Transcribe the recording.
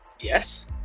Yes